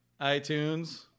iTunes